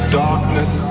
darkness